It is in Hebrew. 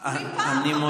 --- אני רוצה להקשיב לך,